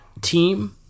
team